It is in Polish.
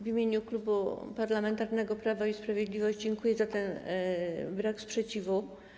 W imieniu Klubu Parlamentarnego Prawo i Sprawiedliwość dziękuję za ten brak sprzeciwu.